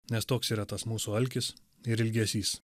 nes toks yra tas mūsų alkis ir ilgesys